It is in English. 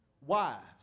Wives